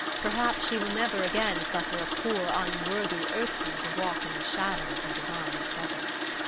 perhaps she will never again suffer a poor, unworthy earthling to walk in the shadow of her divine presence.